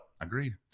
agreed